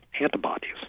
antibodies